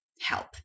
help